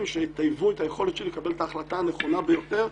שיטייבו את היכולת שלי לקבל את ההחלטה הנכונה ביותר.